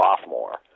sophomore